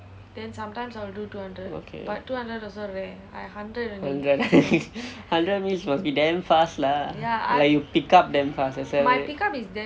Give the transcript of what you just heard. okay hundred hundred means must be damn fast lah like you pick up damn fast accelerate